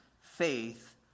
faith